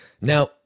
Now